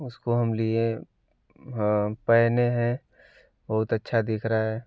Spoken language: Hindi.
उसको हम लिए पहने हैं बहुत अच्छा दिख रहा है